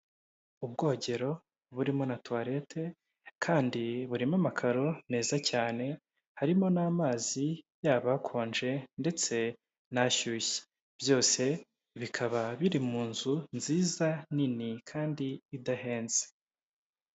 Ubwogero burimo na tuwarete kandi burimo amakaro meza cyane harimo n'amazi yaba akonje ndetse n'ashyushye byose bikaba biri mu nzu nziza nini kandi idahenze.